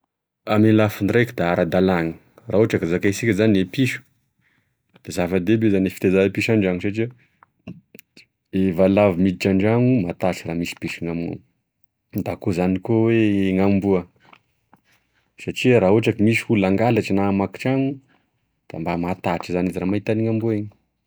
Ame lafiny raika da ara-dalany raha ohatra ka zakaisika zany gne piso de zavadehibe zany e fiteza piso an-drano zany satria e valavo miditry andragno da matahotry raha misy piso gn'amignao tahak'izany koa zany koa oe gn'amboa satria raha ohatry ke misy gn'olo hangalatry na hamaky trano da mba matahotry zany izy raha mahita an'iny amboa iny.